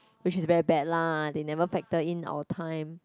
which is very bad lah they never factor in our time